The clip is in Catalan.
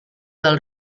del